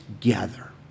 together